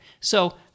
So-